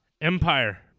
Empire